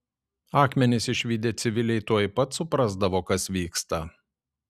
akmenis išvydę civiliai tuoj pat suprasdavo kas vyksta